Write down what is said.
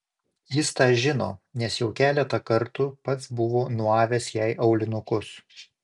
jis tą žino nes jau keletą kartų pats buvo nuavęs jai aulinukus